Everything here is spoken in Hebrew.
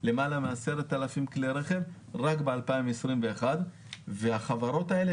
למעלה מ-10,000 כלי רכב רק ב-2021 והחברות האלה